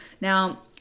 Now